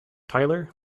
tyler